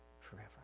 forever